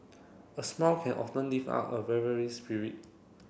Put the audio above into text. a smile can often lift up a spirit